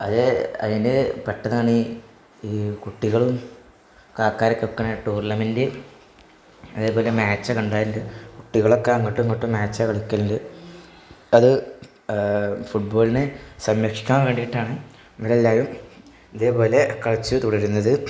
അത് അതിന് പെട്ടെന്നാണീ ഈ കുട്ടികളും കാക്കാരി കാക്കണേ ടൂർണമെൻറ്റ് അതേപോലെ മാച്ച് കണ്ടയിൻ്റെ കുട്ടികളൊക്കെ അങ്ങോട്ടും ഇങ്ങോട്ടും മാച്ചാ കളിക്കലുണ്ട് അത് ഫുട്ബോളിനെ സംരക്ഷിക്കാൻ വേണ്ടിയിട്ടാണ് ഇവിടെല്ലാവരും ഇതേപോലെ കളിച്ചു തുടരുന്നത്